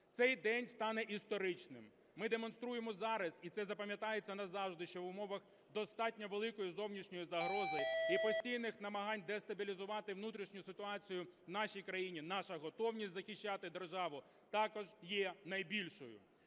Цей день стане історичним. Ми демонструємо зараз, і це запам'ятається назавжди, що в умовах достатньо великої зовнішньої загрози і постійних намагань дестабілізувати внутрішню ситуацію в нашій країні, наша готовність захищати державу також є найбільшою.